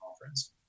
conference